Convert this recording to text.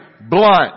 blunt